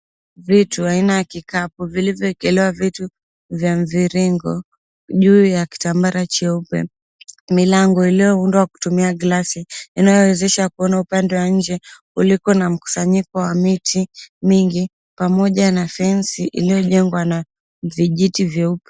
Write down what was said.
Vitu aina ya kikapu vilivyoekelewa vitu vya mviringo juu ya kitambara cheupe. Milango iliyoundwa kutumia glasi inayowezesha kuona upande wa nje kuliko na mkusanyiko wa miti mingi pamoja na fence iliyojengwa na vijiti vyeupe.